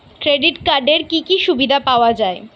Credit কার্ডের কি কি সুবিধা পাওয়া যায়?